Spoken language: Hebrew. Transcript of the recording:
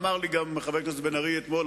אמר לי גם חבר הכנסת בן-ארי אתמול,